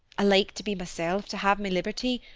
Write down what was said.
i like to be myself, to have my liberty,